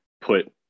put